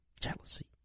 jealousy